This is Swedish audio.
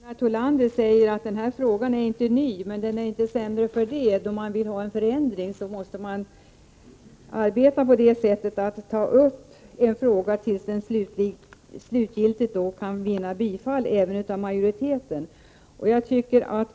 Herr talman! Det är sant, som Gunnar Thollander säger, att denna fråga inte är ny, men den är inte sämre för det. Om man vill ha en förändring måste man arbeta på det sättet att man tar upp ett förslag tills det slutgiltigt kan bifallas av majoriteten.